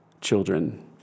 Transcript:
children